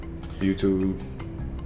youtube